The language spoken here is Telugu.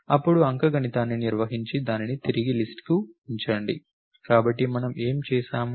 అప్పుడు అంకగణితాన్ని నిర్వహించి దానిని తిరిగి లిస్ట్ కు ఉంచండి కాబట్టి మనము ఏమి చేసాము